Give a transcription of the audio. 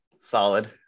Solid